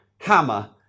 hammer